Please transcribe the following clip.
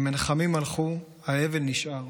המנחמים הלכו, האבל נשאר.